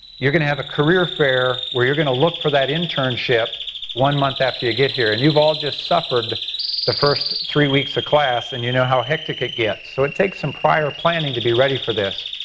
you're gonna have a career fair where you're gonna look for that internship one month after you get here. and you've all just suffered the first three weeks of class and you know how hectic it gets. so it takes some prior planning to be ready for this.